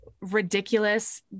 ridiculous